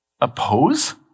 oppose